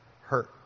hurt